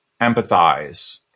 empathize